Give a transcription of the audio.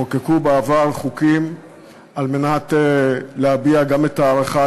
חוקקו בעבר חוקים על מנת להביע גם את ההערכה,